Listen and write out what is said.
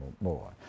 more